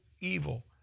evil